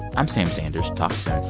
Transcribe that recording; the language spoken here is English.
i'm sam sanders. talk